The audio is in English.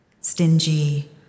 Stingy